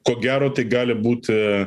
ko gero tai gali būti